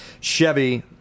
Chevy